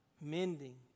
mending